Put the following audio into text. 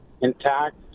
intact